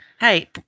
Hey